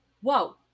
whoa